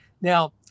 Now